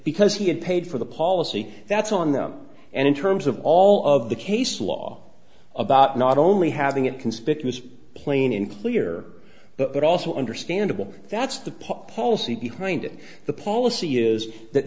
because he had paid for the policy that's on them and in terms of all of the case law about not only having a conspicuous plane in clear but also understandable that's the pop policy behind it the policy is that